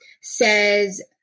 says –